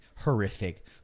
horrific